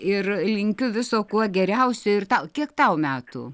ir linkiu viso kuo geriausio ir tau kiek tau metų